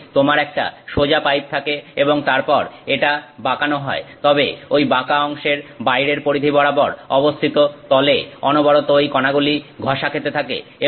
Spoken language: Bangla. যদি তোমার একটা সোজা পাইপ থাকে এবং তারপর এটা বাঁকানো হয় তবে ওই বাঁকা অংশের বাইরের পরিধি বরাবর অবস্থিত তলে অনবরত ওই কণাগুলি ঘষা খেতে থাকে